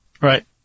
Right